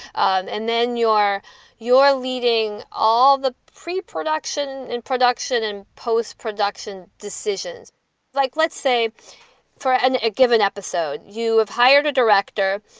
and and then your you're leading all the preproduction, and production and postproduction decisions like, let's say for ah and a given episode, you hired a director.